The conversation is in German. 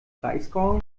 breisgau